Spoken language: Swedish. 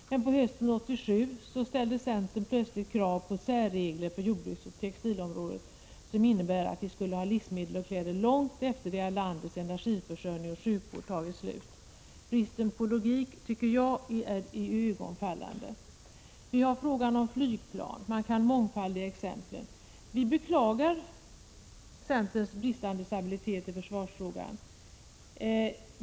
Men på hösten 1986 ställde centern plötsligt krav på särregler på jordbruksoch textilområdet, som innebär att vi skulle ha livsmedel och kläder långt efter det att landets energiförsörjning och sjukvård tagit slut. Bristen på logik tycker jag är iögonenfallande. Vi har frågan om flygplan. Man kan mångfaldiga exemplen. Vi beklagar centerns bristande stabilitet i försvarsfrågan.